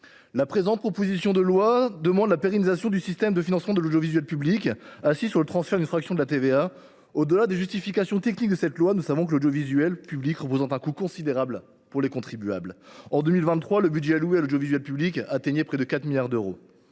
La présente proposition de loi organique pérennise le système de financement de l’audiovisuel public, assis sur le transfert d’une fraction de TVA. Au delà des justifications techniques de ce texte, nous savons que l’audiovisuel public représente un coût considérable pour les contribuables : en 2023, son budget atteignait près de 4 milliards d’euros.